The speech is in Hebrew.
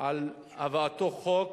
בשנה שעברה ולפניה,